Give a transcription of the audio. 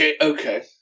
okay